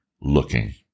looking